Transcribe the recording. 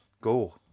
go